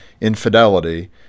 infidelity